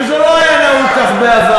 תודו שזה לא היה נהוג בעבר.